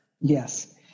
Yes